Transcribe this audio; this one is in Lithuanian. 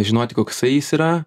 žinoti koksai jis yra